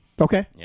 Okay